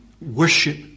worship